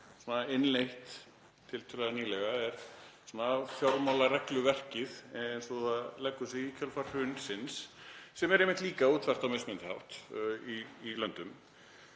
innleitt tiltölulega nýlega er fjármálaregluverkið eins og það leggur sig, í kjölfar hrunsins, sem er einmitt líka útfært á mismunandi hátt í löndum.